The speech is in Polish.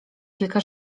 kilka